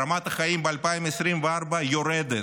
רמת החיים ב-2024 יורדת,